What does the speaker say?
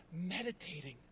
meditating